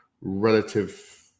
relative